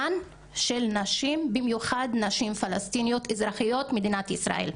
של נשים ובמיוחד נשים פלשתינאיות אזרחיות מדינת ישראל.